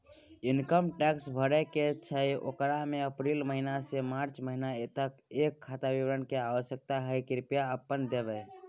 Income tax भरय के छै ओकरा में अप्रैल महिना से मार्च महिना तक के खाता विवरण के आवश्यकता हय कृप्या छाय्प देबै?